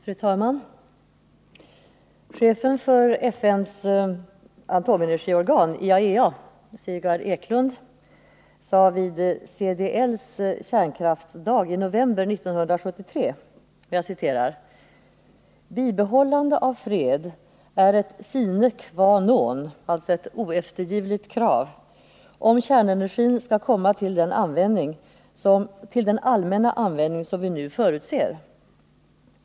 Fru talman! Chefen för FN:s atomenergiorgan IAEA, Sigvard Eklund, sade vid CDL:s kärnkraftsdag i november 1973, att ”bibehållande av fred är ett sine qua non om kärnenergin skall komma till den allmänna användning som vi nu förutser.